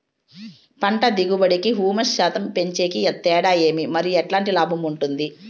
పంట దిగుబడి కి, హ్యూమస్ శాతం పెంచేకి తేడా ఏమి? మరియు ఎట్లాంటి లాభం ఉంటుంది?